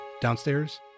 downstairs